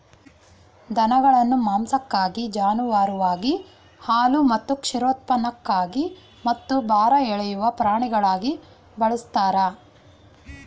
ದನಗಳನ್ನು ಮಾಂಸಕ್ಕಾಗಿ ಜಾನುವಾರುವಾಗಿ ಹಾಲು ಮತ್ತು ಕ್ಷೀರೋತ್ಪನ್ನಕ್ಕಾಗಿ ಮತ್ತು ಭಾರ ಎಳೆಯುವ ಪ್ರಾಣಿಗಳಾಗಿ ಬಳಸ್ತಾರೆ